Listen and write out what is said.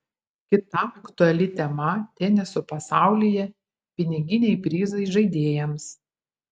kita aktuali tema teniso pasaulyje piniginiai prizai žaidėjams